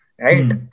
Right